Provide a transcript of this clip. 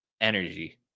energy